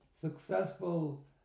successful